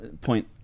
point